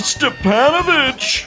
Stepanovich